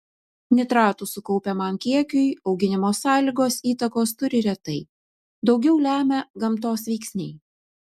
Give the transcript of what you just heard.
nitratų sukaupiamam kiekiui auginimo sąlygos įtakos turi retai daugiau lemia gamtos veiksniai